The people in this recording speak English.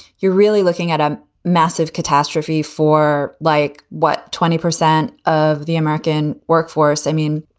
you're really looking at a massive catastrophe for like, what twenty percent of the american workforce? i mean,